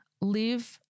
live